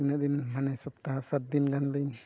ᱛᱤᱱᱟᱹᱜ ᱫᱤᱱ ᱦᱟᱱᱮ ᱥᱚᱯᱚᱛᱟᱦᱚ ᱥᱟᱛᱫᱤᱱ ᱜᱟᱱᱞᱤᱧ